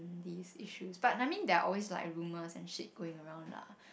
these issues but I mean there are always like rumors and shit going around lah